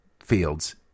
fields